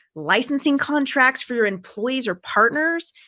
licensing contracts for your employees or partners.